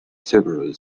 several